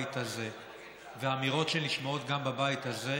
בבית הזה והאמירות שנשמעות גם בבית הזה,